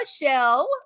Michelle